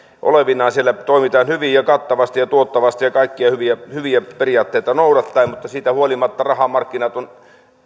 olevinaan siellä toimitaan hyvin ja kattavasti ja tuottavasti ja kaikkia hyviä hyviä periaatteita noudattaen mutta siitä huolimatta rahamarkkinat ovat